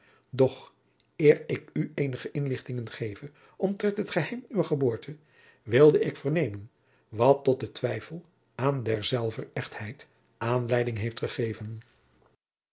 doch eer ik u eenige inlichting geve omtrent het geheim uwer geboorte wilde ik vernemen wat tot den twijfel aan derzelver echtheid aanleiding heeft gegeven